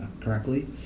correctly